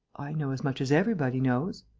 know as much as everybody knows.